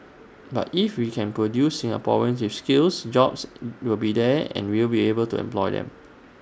but if we can produce Singaporeans with skills jobs will be there and we will be able to employ them